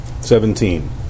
Seventeen